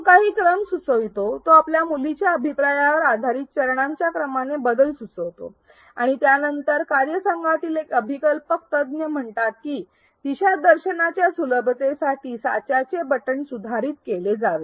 तो काही क्रम सुचवितो तो आपल्या मुलीच्या अभिप्रायावर आधारित चरणांच्या क्रमाने बदल सुचवितो आणि त्यानंतर कार्यसंघातील एक अभिकल्पक तज्ञ म्हणतात की दिशा दर्शनाच्या सुलभतेसाठी साच्याचे बटण सुधारित केले जावे